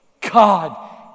God